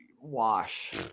wash